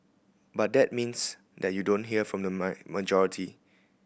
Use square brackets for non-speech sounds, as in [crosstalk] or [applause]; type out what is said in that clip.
but that means that you don't hear from the [unintelligible] majority